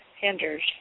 hinders